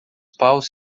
paus